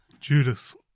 Judas